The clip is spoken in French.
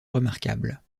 remarquables